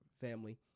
family